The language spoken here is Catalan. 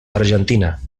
argentina